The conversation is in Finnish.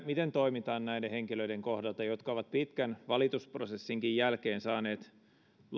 miten toimitaan näiden henkilöiden kohdalla jotka ovat pitkän valitusprosessinkin jälkeen saaneet